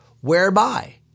whereby